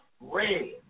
red